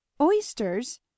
oysters